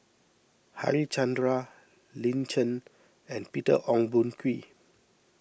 Harichandra Lin Chen and Peter Ong Boon Kwee